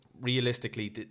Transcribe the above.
realistically